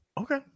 Okay